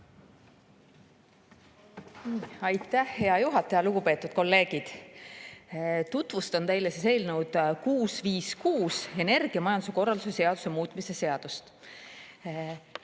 Aitäh, hea juhataja! Lugupeetud kolleegid! Tutvustan teile eelnõu 656, energiamajanduse korralduse seaduse muutmise seaduse